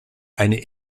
eine